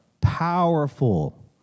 powerful